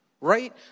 Right